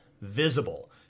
visible